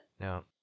No